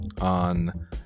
on